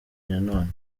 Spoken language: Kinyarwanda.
nanone